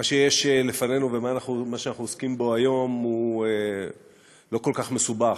מה שיש לפנינו ומה שאנחנו עוסקים בו היום הוא לא כל כך מסובך,